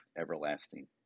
everlasting